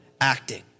acting